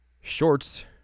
shorts